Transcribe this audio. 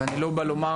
אני לא בא לומר,